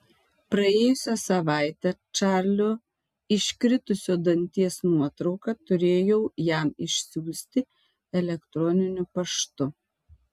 praėjusią savaitę čarlio iškritusio danties nuotrauką turėjau jam išsiųsti elektroniniu paštu